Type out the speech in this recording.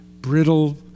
brittle